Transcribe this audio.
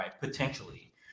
potentially